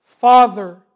Father